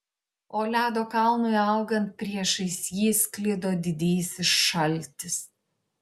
o ledo kalnui augant priešais jį sklido didysis šaltis